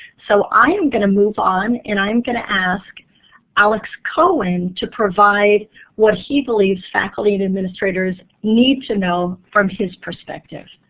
so i am going to move on, and i'm going to ask alex cohen to provide what he believes faculty and administrators need to know from his perspective.